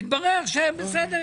מתברר שבסדר,